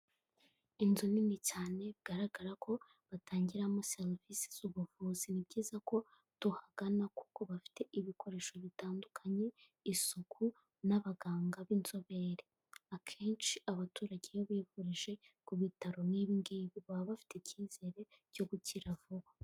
Inzu nini cyane bigaragara ko batangiramo serivisi z'ubuvuzi, ni byiza ko duhagana kuko bafite ibikoresho bitandukanye, isuku n'abaganga b'inzobere, akenshi abaturage iyo bivurije ku bitaro nk'ibi ngibi baba bafite icyizere cyo gukira vuba.